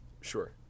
Sure